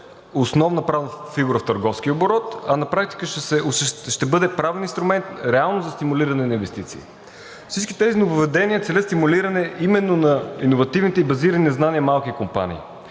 основна правна фигура в търговския оборот, а на практика ще бъде правен инструмент реално за стимулиране на инвестиции. Всичките тези нововъведения целят стимулиране именно на иновативните и базирани малки компании.